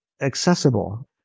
accessible